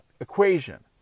equation